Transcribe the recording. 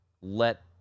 let –